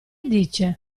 dice